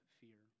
fear